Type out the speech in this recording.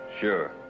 Sure